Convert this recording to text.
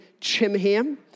Chimham